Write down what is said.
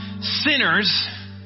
sinners